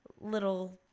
little